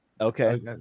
Okay